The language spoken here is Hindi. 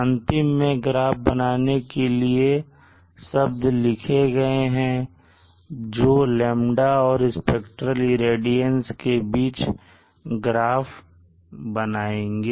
अंतिम में ग्राफ बनाने के लिए शब्द लिखे गए हैं जो λ और spectral irradiance के बीच ग्राफ बनाएंगे